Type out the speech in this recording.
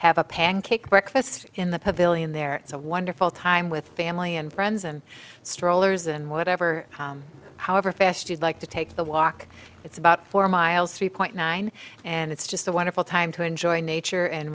have a pancake breakfast in the pavilion there it's a wonderful time with family and friends and strollers and whatever however fast you'd like to take the walk it's about four miles three point nine and it's just a wonderful time to enjoy nature and